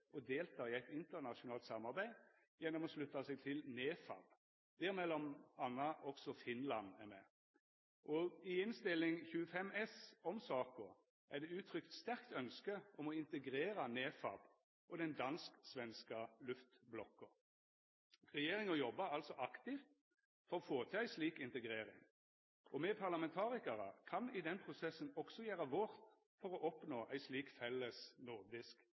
å delta i eit internasjonalt samarbeid gjennom å slutta seg til NEFAB, der m.a. også Finland er med. I Innst. 25 S for 2012–2013 om saka er det uttrykt sterkt ønske om å integrera NEFAB og den dansk-svenske luftblokka. Regjeringa jobbar altså aktivt for å få til ei slik integrering, og me parlamentarikarar kan i den prosessen også gjera vårt for å oppnå ei slik felles nordisk